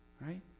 Right